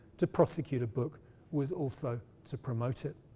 to prosecute a book was also to promote it.